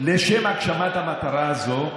לשם הגשמת המטרה הזו,